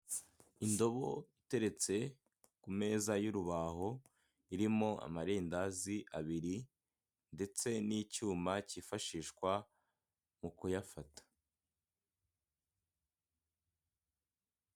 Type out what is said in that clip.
Indobo iteretse ku meza y'urubaho irimo amarindazi abiri ndetse n'icyuma cyifashishwa mu kuyafata.